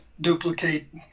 duplicate